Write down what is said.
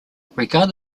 regard